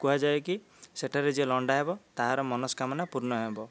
କୁହାଯାଏ କି ସେଠାରେ ଯିଏ ଲଣ୍ଡା ହେବ ତାହାର ମନସ୍କାମନା ପୂର୍ଣ୍ଣ ହେବ